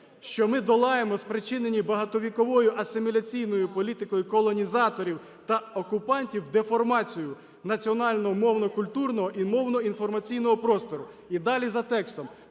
що ми долаємо спричинені багатовіковою асиміляційною політикою колонізаторів та окупантів деформацію національного мовно-культурного і мовно-інформаційного простору, і далі за текстом.